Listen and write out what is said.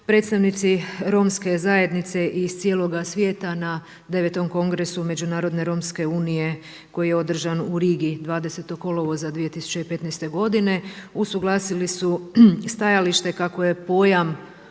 predstavnici romske zajednice iz cijeloga svijeta na 9. Kongresu međunarodne romske unije koji je održan u Rigi 20. kolovoza 2015. godine usuglasili su stajalište kako je pojam